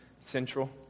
central